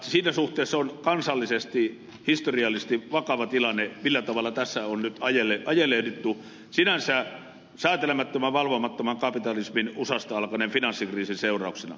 siinä suhteessa on kansallisesti ja historiallisesti vakava tilanne se millä tavalla tässä on nyt ajelehdittu sinänsä säätelemättömän ja valvomattoman kapitalismin usasta alkaneen finanssikriisin seurauksena